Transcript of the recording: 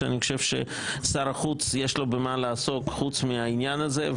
שאני חושב שיש לשר החוץ במה לעסוק חוץ מהעניין הזה.